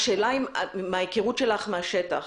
מההיכרות שלך עם השטח,